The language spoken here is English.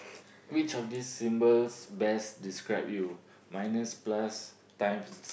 which of these symbols best describe you minus plus times